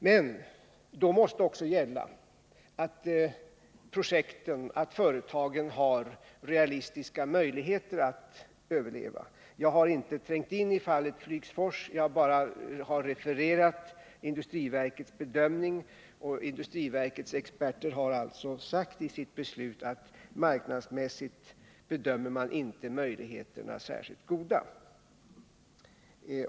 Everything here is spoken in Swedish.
Men då måste också gälla att företagen har realistiska möjligheter att överleva. Jag har inte trängt in i fallet Flygsfors; jag har bara refererat industriverkets bedömning, och dess experter har alltså sagt i sitt beslut att marknadsmässigt bedömer man inte möjligheterna som särskilt goda.